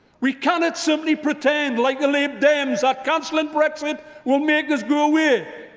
we cannot simply pretend like the lib dems, that cancelling brexit will make this go away.